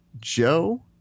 Joe